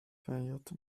feiert